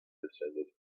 descended